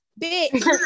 bitch